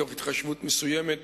מתוך התחשבות מסוימת